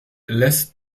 lässt